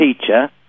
teacher